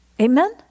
Amen